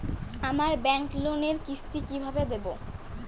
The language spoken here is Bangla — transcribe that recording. আমার ব্যাংক লোনের কিস্তি কি কিভাবে দেবো?